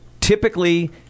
typically